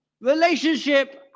Relationship